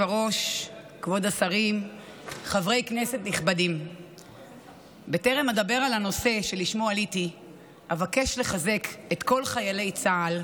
חברי הכנסת, הנושא הבא על סדר-היום: